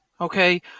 okay